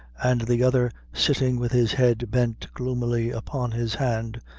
and the other sitting with his head bent gloomily upon his hand,